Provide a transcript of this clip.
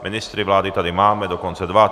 Ministry vlády tady máme, dokonce dva.